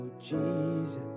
Jesus